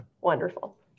wonderful